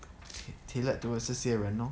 tai~ tailored towards 这些人 lor